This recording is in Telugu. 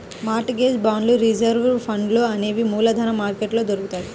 మార్ట్ గేజ్ బాండ్లు రిజర్వు ఫండ్లు అనేవి మూలధన మార్కెట్లో దొరుకుతాయ్